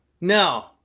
No